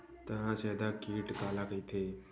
तनाछेदक कीट काला कइथे?